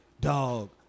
dog